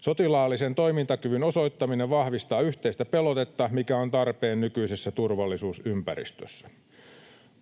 Sotilaallisen toimintakyvyn osoittaminen vahvistaa yhteistä pelotetta, mikä on tarpeen nykyisessä turvallisuusympäristössä.